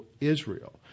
Israel